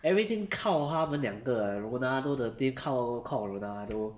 everything of 他们两个 ronaldo 靠 ronaldo